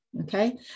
Okay